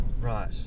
Right